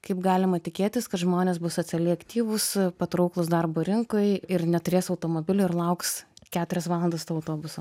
kaip galima tikėtis kad žmonės bus socialiai aktyvūs patrauklūs darbo rinkoj ir neturės automobilių ir lauks keturias valandas to autobuso